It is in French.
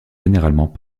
généralement